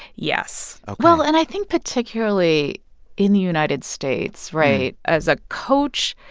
yes ok well, and i think particularly in the united states right? as a coach